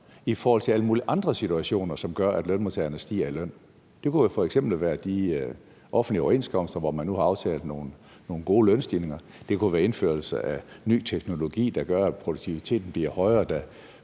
i forhold til alle mulige andre situationer, som gør, at lønmodtagerne stiger i løn? Det kunne f.eks. være de offentlige overenskomster, hvor man nu har aftalt nogle gode lønstigninger. Det kunne være indførelse af ny teknologi, der gør, at produktiviteten bliver højere,